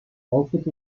provided